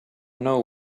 know